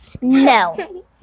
no